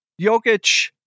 Jokic